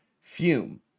Fume